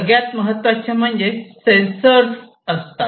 सगळ्यात महत्त्वाचे म्हणजे सेन्सर्स असतात